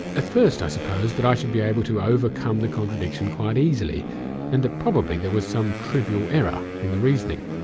at first i suppose that i should be able to overcome the contradiction quite easily and that probably there was some trivial error in the reasoning.